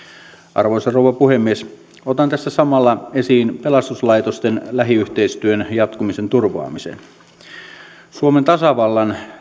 arvoisa rouva puhemies otan tässä samalla esiin pelastuslaitosten lähiyhteistyön jatkumisen turvaamisen suomen tasavallan